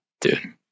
dude